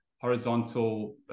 horizontal